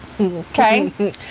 okay